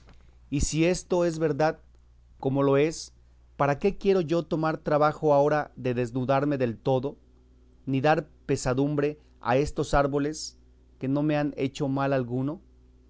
y si esto es verdad como lo es para qué quiero yo tomar trabajo agora de desnudarme del todo ni dar pesadumbre a estos árboles que no me han hecho mal alguno